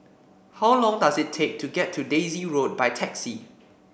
how long does it take to get to Daisy Road by taxi